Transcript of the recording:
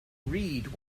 read